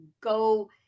go